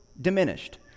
diminished